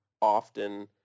often